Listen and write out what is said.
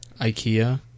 IKEA